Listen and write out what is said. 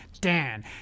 Dan